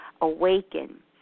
awaken